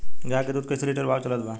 गाय के दूध कइसे लिटर भाव चलत बा?